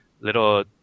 little